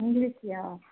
இங்கிலிஷ்லயா